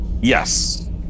Yes